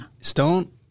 Stone